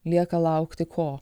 lieka laukti ko